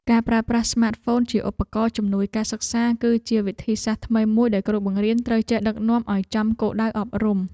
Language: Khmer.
ការប្រើប្រាស់ស្មាតហ្វូនជាឧបករណ៍ជំនួយការសិក្សាគឺជាវិធីសាស្ត្រថ្មីមួយដែលគ្រូបង្រៀនត្រូវចេះដឹកនាំឱ្យចំគោលដៅអប់រំ។